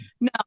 no